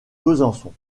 besançon